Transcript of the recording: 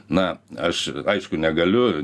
na aš aišku negaliu